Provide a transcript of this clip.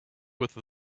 with